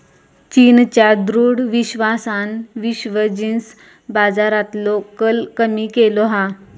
चीनच्या दृढ विश्वासान विश्व जींस बाजारातलो कल कमी केलो हा